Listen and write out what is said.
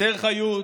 אסתר חיות,